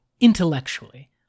intellectually